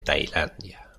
tailandia